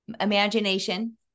imagination